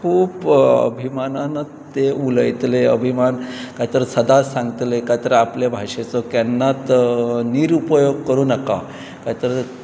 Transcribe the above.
खूब अभिमानानच ते उलयतले अभिमान कायय तर सदांच सांगतले कायांय तर आपले भाशेचो केन्नाच निर उपयोग करूं नाका कायय तर